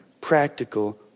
practical